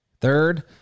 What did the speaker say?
Third